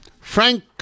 Frank